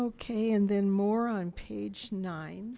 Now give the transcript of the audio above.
okay and then more on page nine